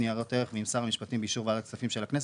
ניירות ערך ועם שר השפטים ובאישור ועדת הכספים של הכנסת,